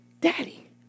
Daddy